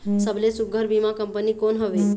सबले सुघ्घर बीमा कंपनी कोन हवे?